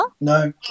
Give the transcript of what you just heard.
No